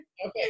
Okay